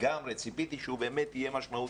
לגמרי ציפיתי שהוא באמת יהיה משמעותי.